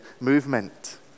movement